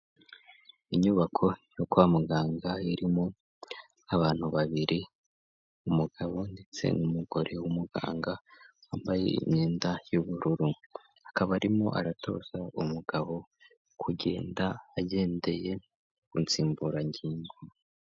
Inyubako yo kwa muganga irimo abantu babiri, umugabo ndetse n'umugore w'umuganga wambaye imyenda y'ubururu, akaba arimo aratoza umugabo, kugenda agendeye ku nsimburangingo.